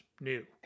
New